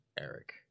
eric